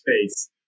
space